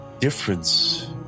difference